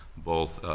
both,